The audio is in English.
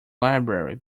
library